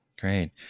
Great